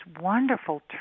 wonderful